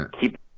Keep